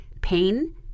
pain